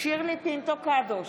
שירלי פינטו קדוש,